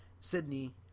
Sydney